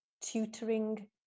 tutoring